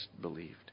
believed